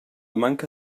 manca